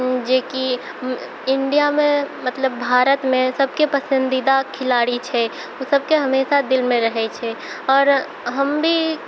जेकि इण्डियामे मतलब भारतमे सबके पसन्दीदा खेलाड़ी छै ओ सबके हमेशा दिलमे रहै छै आओर हम भी